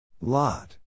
Lot